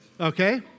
Okay